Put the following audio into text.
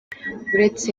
uretse